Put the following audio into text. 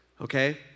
Okay